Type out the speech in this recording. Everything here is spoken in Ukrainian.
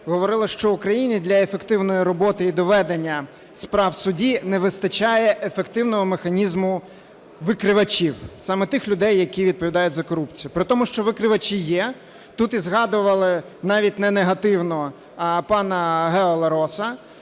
говорила, що Україні для ефективної роботи і доведення справ в суді не вистачає ефективного механізму викривачів, саме тих людей, які відповідають за корупцію. При тому, що викривачі є тут і згадували, навіть не негативно, пана Гео Лероса,